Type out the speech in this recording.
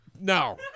No